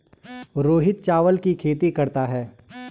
रोहित चावल की खेती करता है